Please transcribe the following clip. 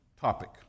topic